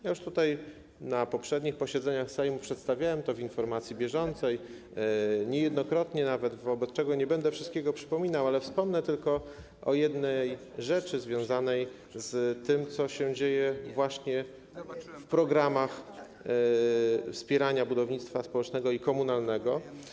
Już tutaj na poprzednich posiedzeniach Sejmu przedstawiałem to w informacji bieżącej, niejednokrotnie nawet, wobec czego nie będę wszystkiego przypominał, ale wspomnę tylko o jednej rzeczy związanej z tym, co się dzieje właśnie w programach wspierania budownictwa społecznego i komunalnego.